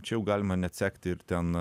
čia jau galima net sekti ir ten